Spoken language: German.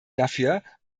dafür